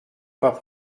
pas